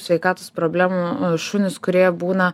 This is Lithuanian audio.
sveikatos problemų šunys kurie būna